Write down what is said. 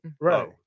right